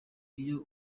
iyo